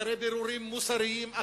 אחרי בירורים מוסריים,